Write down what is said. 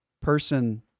person